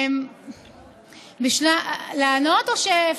אולי נמנה אותה לשופטת.